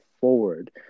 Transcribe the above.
forward